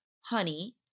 honey